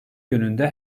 yönünde